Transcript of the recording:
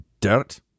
dirt